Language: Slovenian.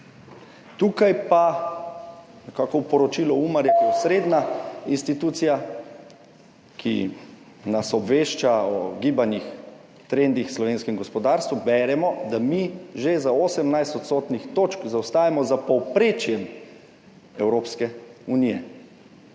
tukaj pa nekako v poročilu Umarja, ki je osrednja institucija, ki nas obvešča o gibanji, trendih v slovenskem gospodarstvu, beremo, da mi zaostajamo za povprečjem Evropske unije